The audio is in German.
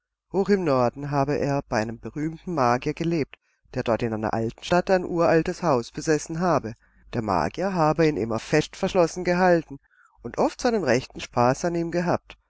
hoch im norden habe er bei einem berühmten magier gelebt der dort in einer alten stadt ein uraltes haus besessen habe der magier habe ihn immer fest verschlossen gehalten und oft seinen rechten spaß an ihm gehabt